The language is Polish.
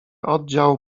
oddział